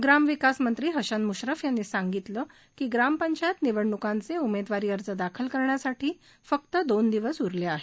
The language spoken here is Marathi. ग्रामविकासमंत्री हसन मुश्रीफ यांनी सांगितलं की ग्रामपंचायत निवडणुकांचे उमेदवारी अर्ज दाखल करण्यासाठी फक्त दोन दिवस उरले आहेत